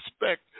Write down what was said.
respect